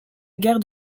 guerre